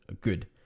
good